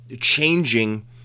changing